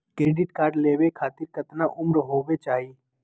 Credit card लेवे खातीर कतना उम्र होवे चाही?